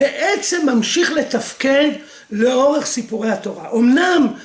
בעצם ממשיך לתפקד לאורך סיפורי התורה, אמנם